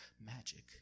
magic